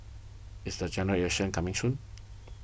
is the General Election coming soon